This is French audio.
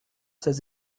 ses